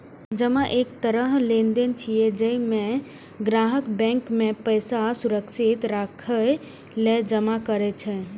जमा एक तरह लेनदेन छियै, जइमे ग्राहक बैंक मे पैसा सुरक्षित राखै लेल जमा करै छै